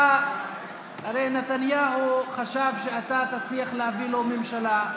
הרי נתניהו חשב שאתה תצליח להביא לו ממשלה.